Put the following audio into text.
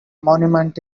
monument